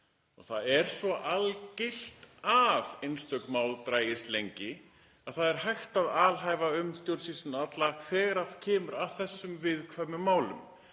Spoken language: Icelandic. Það er svo algilt að einstök mál dragist lengi að það er hægt að alhæfa um stjórnsýsluna alla þegar kemur að þessum viðkvæmu málum.